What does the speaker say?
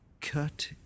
cut